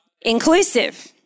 inclusive